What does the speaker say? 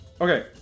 Okay